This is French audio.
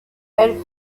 elle